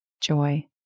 Joy